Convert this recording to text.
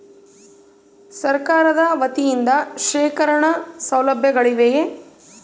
ಸರಕಾರದ ವತಿಯಿಂದ ಶೇಖರಣ ಸೌಲಭ್ಯಗಳಿವೆಯೇ?